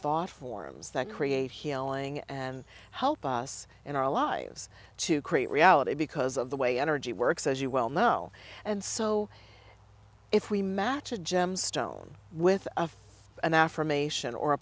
thought forms that create healing and help us in our lives to create reality because of the way energy works as you well know and so if we match a gemstone with an affirmation or a